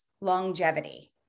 longevity